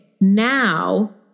now